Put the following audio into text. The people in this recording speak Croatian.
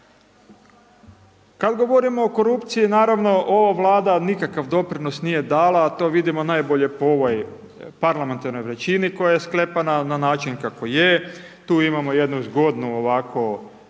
Kada govorimo o korupciji, naravno ova vlada nikakav doprinos nije dala, a to vidimo najbolje po ovoj parlamentarnoj većini koja je sklepana na način kako je. Tu imamo jednu zgodnu ovako suradnju,